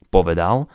Povedal